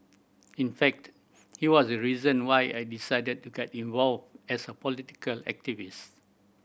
in fact he was a reason why I decided to get involved as a political activist